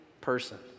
person